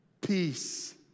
peace